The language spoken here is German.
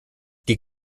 die